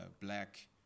black